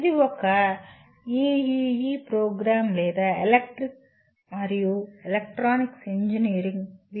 ఇది ఒక EEE programme లేదా ఎలక్ట్రికల్ మరియు ఎలక్ట్రానిక్స్ ఇంజనీరింగ్ B